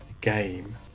game